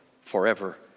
forever